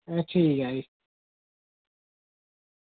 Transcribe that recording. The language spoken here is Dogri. एह् ठीक ऐ भी